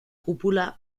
cúpula